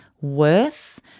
worth